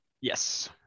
Yes